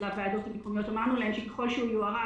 לוועדות המקומיות אמרנו להן שככל שהצו יוארך